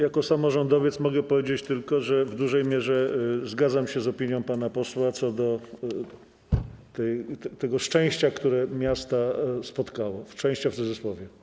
Jako samorządowiec mogę powiedzieć tylko, że w dużej mierze zgadzam się z opinią pana posła co do tego szczęścia, które spotkało miasta, szczęścia w cudzysłowie.